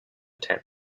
tent